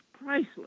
priceless